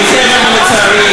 לצערי,